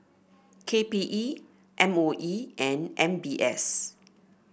K P E M O E and M B S